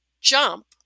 jump